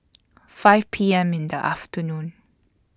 five P M in The afternoon